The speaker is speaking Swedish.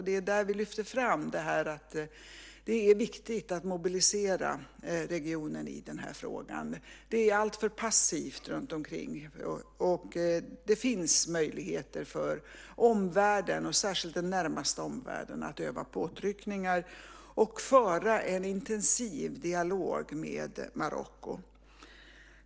Det är där vi lyfter fram att det är viktigt att mobilisera regionen i frågan. Det är alltför passivt runtomkring. Det finns möjligheter för omvärlden, särskilt den närmaste omvärlden, att utöva påtryckningar och föra en intensiv dialog med Marocko.